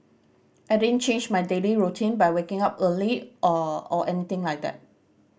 I didn't change my daily routine by waking up early or or anything like that